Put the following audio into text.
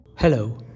Hello